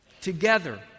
Together